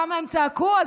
כמה הם צעקו אז,